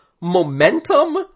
momentum